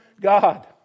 God